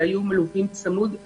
שהיו מלווים צמוד,